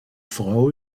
frau